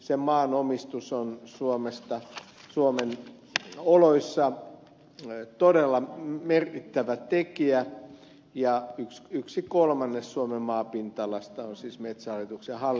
sen maanomistus on suomen oloissa todella merkittävä tekijä ja yksi kolmannes suomen maapinta alasta on siis metsähallituksen hallinnassa